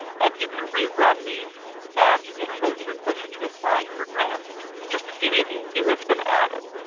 and you can rerun these as you get closer and closer to applying for grants just to see if anything new has been added.